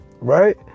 right